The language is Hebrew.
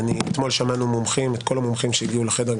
אתמול שמענו את כל המומחים שהגיעו לחדר.